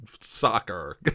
soccer